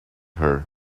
her